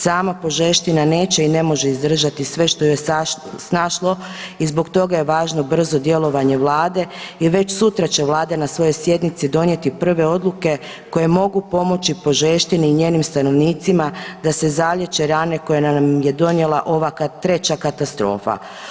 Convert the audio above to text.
Sama Požeština neće i ne može izdržati sve što ju je snašlo i zbog toga je važno brzo djelovanje Vlade i već sutra će Vlada na svojoj sjednici donijeti prve odluke koje mogu pomoći Požeštini i njenim stanovnicima da se zalijeće rane koje nam je donijela ova treća katastrofa.